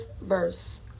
verse